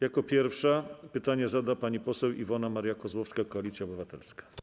Jako pierwsza pytanie zada pani poseł Iwona Maria Kozłowska, Koalicja Obywatelska.